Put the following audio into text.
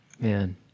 Man